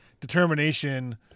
determination